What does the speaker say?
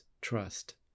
trust